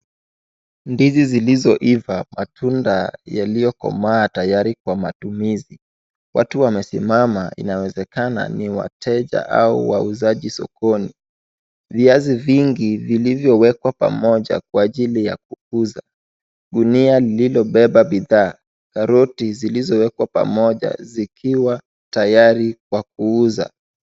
Ndizi zilizoiva, matunda yaliyokomaa tayari kwa matumizi. Watu wamesimama inawezekana ni wateja au wauzaji sokoni. Viazi vingi vilivyoekewa pamoja cha kwa ajili ya kukunza, ngunia iliyobeba bidhaa karoti zilizoekwa pamoja zikiwa tayari kwa kuuza.